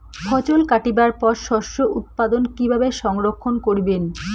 ফছল কাটিবার পর শস্য উৎপাদন কিভাবে সংরক্ষণ করিবেন?